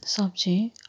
सब्जी